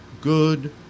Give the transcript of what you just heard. good